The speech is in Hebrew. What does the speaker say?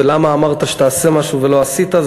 ולמה אמרת שתעשה משהו ולא עשית,